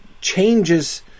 changes